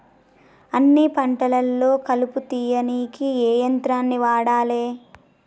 అన్ని పంటలలో కలుపు తీయనీకి ఏ యంత్రాన్ని వాడాలే?